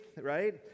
right